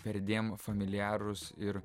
perdėm familiarūs ir